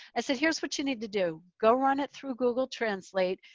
i said, here's what you need to do. go run it through google translate,